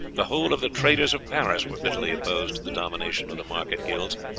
the whole of the traders of paris were bitterly opposed to the domination of the market guilds,